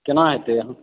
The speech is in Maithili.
केना हेतै